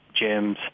gyms